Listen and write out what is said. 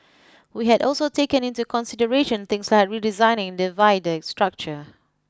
we had also taken into consideration things like redesigning the viaduct structure